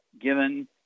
given